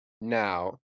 now